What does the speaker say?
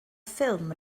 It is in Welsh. ffilm